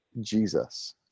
Jesus